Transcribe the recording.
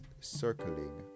circling